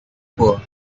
poor